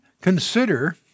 consider